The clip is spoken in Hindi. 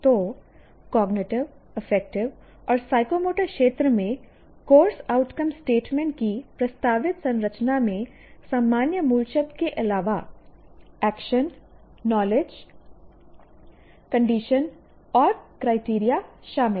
तो कॉग्निटिव अफेक्टिव और साइकोमोटर क्षेत्र में कोर्स आउटकम स्टेटमेंट की प्रस्तावित संरचना में सामान्य मूलशब्द के अलावा एक्शन नॉलेज कंडीशन और क्राइटेरिया शामिल हैं